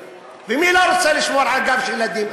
ומי לא רוצה לשמור על הגב של הילדים?